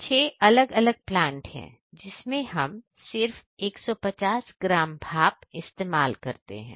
छे अलग अलग प्लांट है जिसमें हम सिर्फ 150 ग्राम भाप इस्तेमाल करते हैं